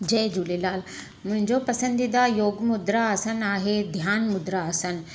जय झूलेलाल मुंहिंजो पसंदीदा योग मुद्रा आसनु आहे ध्यानु मुद्रा आसनु